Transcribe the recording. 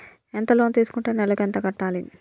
ఎంత లోన్ తీసుకుంటే నెలకు ఎంత కట్టాలి?